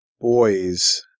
boys